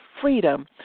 freedom